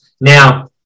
Now